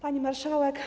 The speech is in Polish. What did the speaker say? Pani Marszałek!